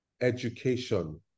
education